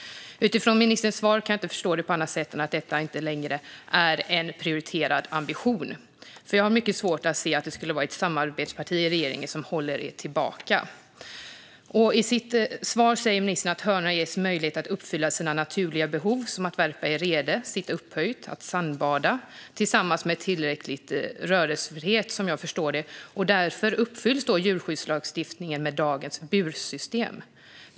Utifrån ministerns svar kan jag inte förstå det på annat sätt än att detta inte längre är en prioriterad ambition. Och jag har mycket svårt att se att det skulle vara ert samarbetsparti i regeringen som håller er tillbaka. I sitt svar säger ministern att hönorna ges möjlighet att uppfylla sina naturliga behov som att värpa i rede, att sitta upphöjt och att sandbada tillsammans med tillräcklig rörelsefrihet, som jag förstår det. Och därför ska dagens bursystem anses leva upp till djurskyddslagstiftningen.